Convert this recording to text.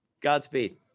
godspeed